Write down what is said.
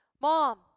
mom